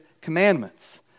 commandments